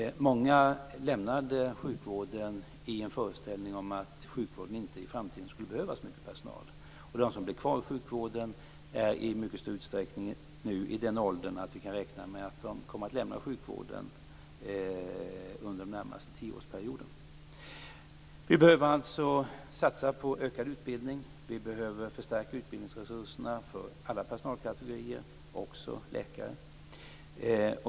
Många lämnade sjukvården i en föreställning att denna inte i framtiden skulle behöva så mycket personal. De som blev kvar i sjukvården är i mycket stor utsträckning nu i den åldern att vi kan räkna med att de kommer att lämna sjukvården under den närmaste tioårsperioden. Vi behöver alltså satsa på ökad utbildning. Vi behöver förstärka utbildningsresurserna för alla personalkategorier, också läkare.